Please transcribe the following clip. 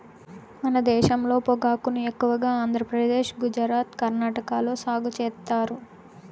మన దేశంలో పొగాకును ఎక్కువగా ఆంధ్రప్రదేశ్, గుజరాత్, కర్ణాటక లో సాగు చేత్తారు